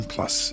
Plus